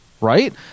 right